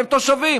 הם תושבים.